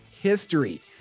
history